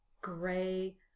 gray